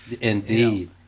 Indeed